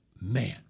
Man